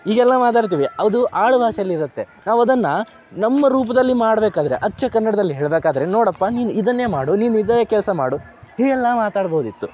ಹೀಗೆಲ್ಲ ಮಾತಾಡ್ತೀವಿ ಅದು ಆಡುಭಾಷೆಯಲ್ಲಿರುತ್ತೆ ನಾವು ಅದನ್ನು ನಮ್ಮ ರೂಪದಲ್ಲಿ ಮಾಡಬೇಕಾದ್ರೆ ಅಚ್ಚ ಕನ್ನಡ್ದಲ್ಲಿ ಹೇಳಬೇಕಾದ್ರೆ ನೋಡಪ್ಪ ನೀನು ಇದನ್ನೇ ಮಾಡು ನೀನು ಇದೇ ಕೆಲಸ ಮಾಡು ಹೀಗೆಲ್ಲ ಮಾತಾಡ್ಬೋದಿತ್ತು